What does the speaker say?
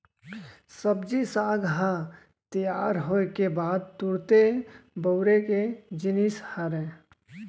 सब्जी साग ह तियार होए के बाद तुरते बउरे के जिनिस हरय